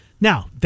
Now